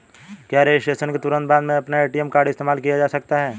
क्या रजिस्ट्रेशन के तुरंत बाद में अपना ए.टी.एम कार्ड इस्तेमाल किया जा सकता है?